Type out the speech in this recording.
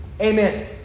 Amen